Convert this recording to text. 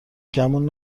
گمون